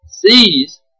Sees